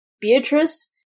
Beatrice